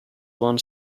one